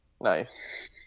Nice